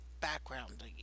background